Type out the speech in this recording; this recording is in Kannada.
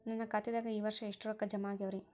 ನನ್ನ ಖಾತೆದಾಗ ಈ ವರ್ಷ ಎಷ್ಟು ರೊಕ್ಕ ಜಮಾ ಆಗ್ಯಾವರಿ?